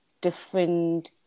different